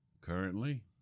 Currently